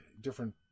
different